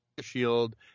shield